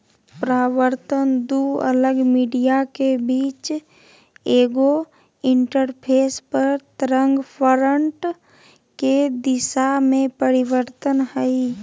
परावर्तन दू अलग मीडिया के बीच एगो इंटरफेस पर तरंगफ्रंट के दिशा में परिवर्तन हइ